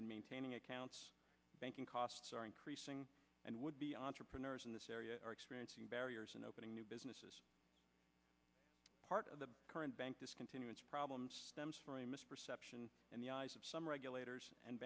and maintaining accounts banking costs are increasing and would be entrepreneurs in this area are experiencing barriers and opening new businesses part of the current bank discontinuance problems in the eyes of some regulators and